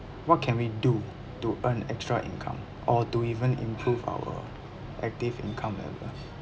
what can we do to earn extra income or to even improve our active income